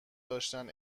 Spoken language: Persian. داشتند